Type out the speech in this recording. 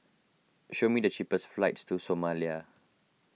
show me the cheapest flights to Somalia